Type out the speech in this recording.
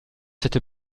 cette